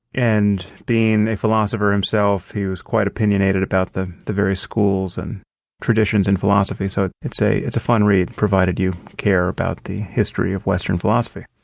and being a philosopher himself, he was quite opinionated about the the very schools and traditions in philosophy. so it's a it's a fun read, provided you care about the history of western philosophy.